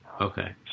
okay